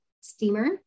steamer